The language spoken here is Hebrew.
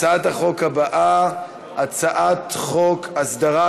הצעת החוק הבאה, הצעת חוק הסדרים